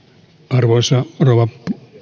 arvoisa rouva